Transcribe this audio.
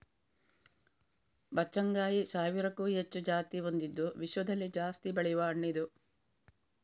ಬಚ್ಚಗಾಂಯಿ ಸಾವಿರಕ್ಕೂ ಹೆಚ್ಚು ಜಾತಿ ಹೊಂದಿದ್ದು ವಿಶ್ವದಲ್ಲಿ ಜಾಸ್ತಿ ಬೆಳೆಯುವ ಹಣ್ಣಿದು